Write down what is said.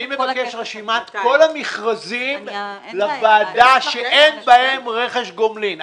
אני מבקש לוועדה את רשימת כל המכרזים שאין בהם רכש גומלין.